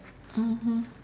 mmhmm